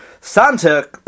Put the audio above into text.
Santa